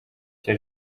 cya